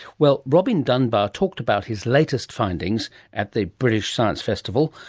well, robin dunbar talked about his latest findings at the british science festival,